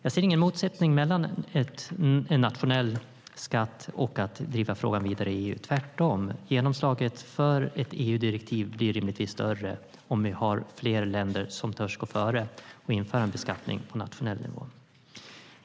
Jag ser ingen motsättning mellan en nationell skatt och att driva frågan vidare i EU, tvärtom. Genomslaget för ett EU-direktiv blir rimligtvis större om vi har fler länder som törs gå före och införa en beskattning på nationell nivå.